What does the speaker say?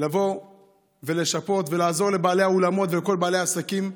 לבוא ולשפות ולעזור לבעלי האולמות ולכל בעלי העסקים,